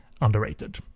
underrated